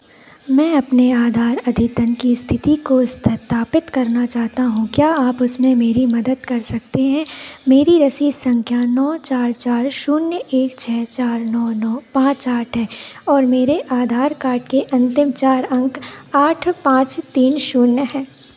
मैं अपने आधार अद्यतन की स्थिति को सत्यापित करना चाहता हूँ क्या आप उसमे मेरी मदद कर सकते हैं मेरी रसीद संख्या नौ चार चार शून्य एक छः चार नौ नौ पाँच आठ है और मेरे आधार कार्ड के अंतिम चार अंक आठ पाँच तीन शून्य हैं